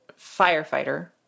firefighter